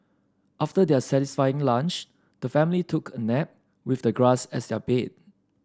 after their satisfying lunch the family took a nap with the grass as their bed